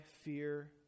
fear